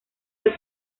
del